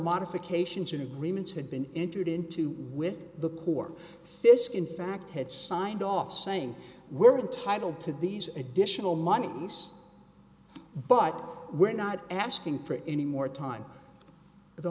modifications in agreements had been entered into with the core fiske in fact had signed off saying we're entitled to these additional monies but we're not asking for any more time the